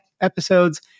episodes